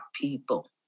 people